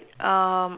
um